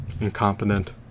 incompetent